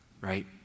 right